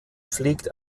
pflegt